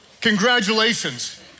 congratulations